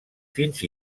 fins